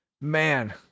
man